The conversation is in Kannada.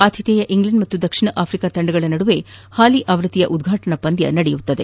ಆತಿಥೇಯ ಇಂಗ್ಲೆಂಡ್ ಹಾಗೂ ದಕ್ಷಿಣ ಆಫ್ರಿಕಾ ತಂಡಗಳ ನಡುವೆ ಹಾಲಿ ಆವೃತ್ತಿಯ ಉದ್ವಾಟನಾ ಪಂದ್ಯ ನಡೆಯಲಿದೆ